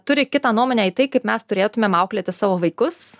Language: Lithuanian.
turi kitą nuomonę į tai kaip mes turėtumėm auklėti savo vaikus